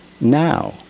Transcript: now